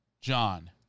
John